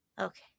Okay